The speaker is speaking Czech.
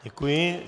Děkuji.